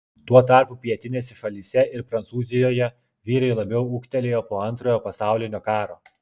tuo tarpu pietinėse šalyse ir prancūzijoje vyrai labiau ūgtelėjo po antrojo pasaulinio karo